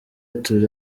toure